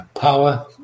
power